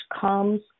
comes